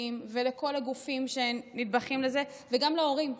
ולכל הגופים שהם נדבכים בזה וגם להורים.